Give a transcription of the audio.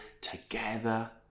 together